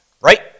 right